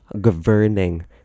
governing